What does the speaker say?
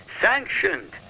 sanctioned